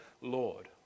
Lord